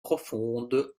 profondes